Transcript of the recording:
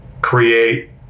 create